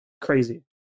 crazy